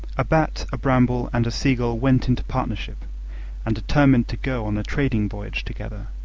a bat, a bramble, and a seagull went into partnership and determined to go on a trading voyage together.